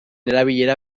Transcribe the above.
erabilera